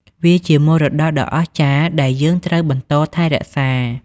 វាជាមរតកដ៏អស្ចារ្យដែលយើងត្រូវបន្តថែរក្សា។